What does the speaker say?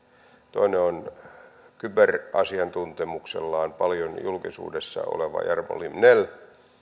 toinen on kyberasiantuntemuksellaan paljon julkisuudessa oleva jarno limnell